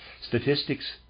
Statistics